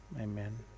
amen